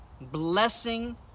blessing